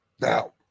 now